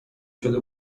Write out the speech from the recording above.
شده